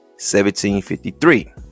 1753